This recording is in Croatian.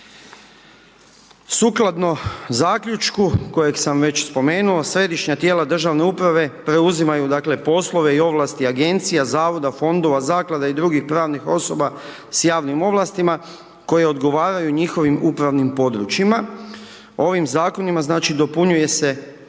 Sukladno Zaključku kojeg sam već spomenuo, središnja tijela državne uprave preuzimanju, dakle poslove i ovlasti agencija, zavoda, fondova, zaklada i drugih pravnih osoba s javnim ovlastima koje odgovaraju njihovim upravnim područjima. Ovim zakonima, znači dopunjuje se